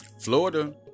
Florida